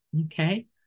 okay